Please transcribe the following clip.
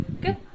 Good